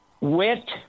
wit